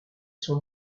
son